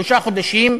שלושה חודשים,